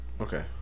Okay